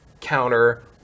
counter